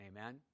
Amen